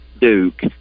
Duke